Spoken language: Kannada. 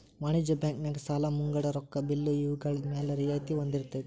ವಾಣಿಜ್ಯ ಬ್ಯಾಂಕ್ ನ್ಯಾಗ ಸಾಲಾ ಮುಂಗಡ ರೊಕ್ಕಾ ಬಿಲ್ಲು ಇವ್ಗಳ್ಮ್ಯಾಲೆ ರಿಯಾಯ್ತಿ ಹೊಂದಿರ್ತೆತಿ